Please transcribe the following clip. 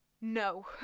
no